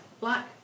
Black